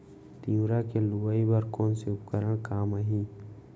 तिंवरा के लुआई बर कोन से उपकरण काम आही?